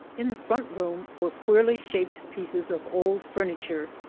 in the front room were queerly shaped pieces of old furniture,